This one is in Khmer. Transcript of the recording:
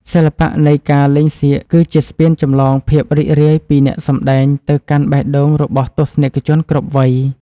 សិល្បៈនៃការលេងសៀកគឺជាស្ពានចម្លងភាពរីករាយពីអ្នកសម្តែងទៅកាន់បេះដូងរបស់ទស្សនិកជនគ្រប់វ័យ។